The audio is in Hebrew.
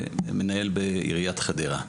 ומנהל בעיריית חדרה.